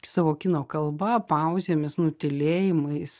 savo kino kalba pauzėmis nutylėjimais